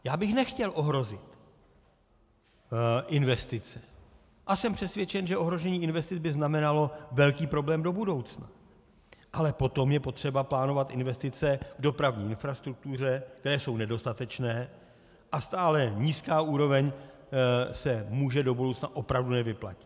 Já bych nechtěl ohrozit investice a jsem přesvědčen, že ohrožení investic by znamenalo velký problém do budoucna, ale potom je potřeba plánovat investice v dopravní infrastruktuře, které jsou nedostatečné, a stále nízká úroveň se může do budoucna opravdu nevyplatit.